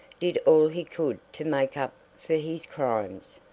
did all he could to make up for his crimes,